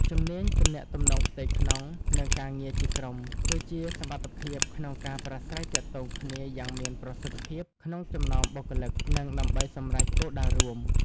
ជំនាញទំនាក់ទំនងផ្ទៃក្នុង និងការងារជាក្រុម គឺជាសមត្ថភាពក្នុងការប្រាស្រ័យទាក់ទងគ្នាយ៉ាងមានប្រសិទ្ធភាពក្នុងចំណោមបុគ្គលិក និងដើម្បីសម្រេចគោលដៅរួម។